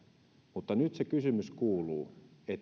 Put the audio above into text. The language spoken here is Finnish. mutta nyt se kysymys kuuluu